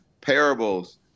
parables